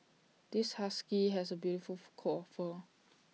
this husky has A beautiful coat of fur